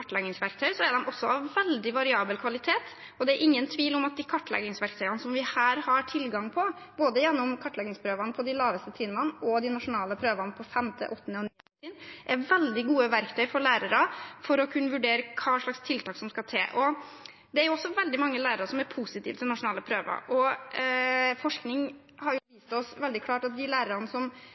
er de også av veldig variabel kvalitet. Det er ingen tvil om at de kartleggingsverktøyene som vi her har tilgang på, både gjennom kartleggingsprøvene på de laveste trinnene og de nasjonale prøvene for 5., 8. og 9. trinn, er veldig gode verktøy for lærere for å kunne vurdere hva slags tiltak som skal til. Det er også veldig mange lærere som er positive til nasjonale prøver, og forskning har vist oss veldig klart at de lærerne som